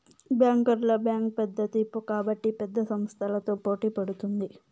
బ్యాంకర్ల బ్యాంక్ పెద్దది కాబట్టి పెద్ద సంస్థలతో పోటీ పడుతుంది